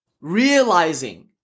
realizing